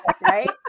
right